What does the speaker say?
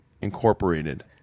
Incorporated